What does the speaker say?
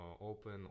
open